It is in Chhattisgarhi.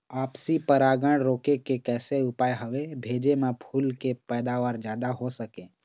आपसी परागण रोके के कैसे उपाय हवे भेजे मा फूल के पैदावार जादा हों सके?